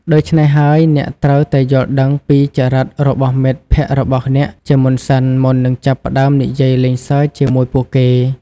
ដូច្នេះហើយ អ្នកត្រូវតែយល់ដឹងពីចរិតរបស់មិត្តភក្តិរបស់អ្នកជាមុនសិន មុននឹងចាប់ផ្តើមនិយាយលេងសើចជាមួយពួកគេ។